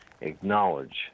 Acknowledge